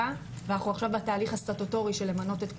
ואנחנו עכשיו בתהליך הסטטוטורי של למנות את כולם,